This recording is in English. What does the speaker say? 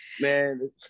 Man